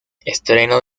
estreno